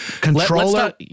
Controller